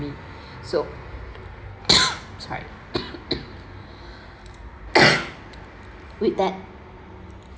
me so I'm sorry with that